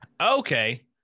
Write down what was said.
Okay